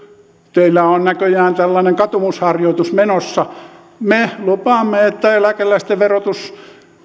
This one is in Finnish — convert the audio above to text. teillä on näköjään tällainen katumusharjoitus menossa me lupaamme että eläkeläisten verotus